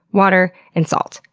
water, and salt.